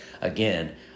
again